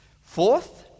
Fourth